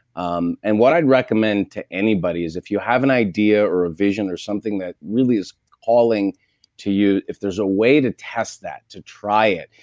um and what i'd recommend to anybody is if you have an idea or a vision or something that really is calling to you, if there's a way to test that, to try it,